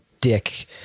dick